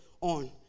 on